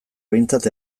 behintzat